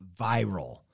viral